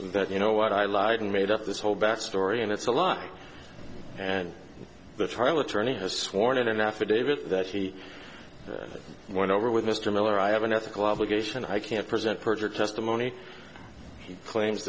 that you know what i lied and made up this whole back story and it's a lie and the trial attorney has sworn in an affidavit that he went over with mr miller i have an ethical obligation i can't present perjured testimony he claims